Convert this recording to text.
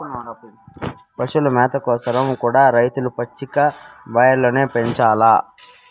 పశుల మేత కోసరం కూడా రైతులు పచ్చిక బయల్లను పెంచాల్ల